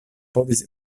povis